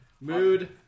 Mood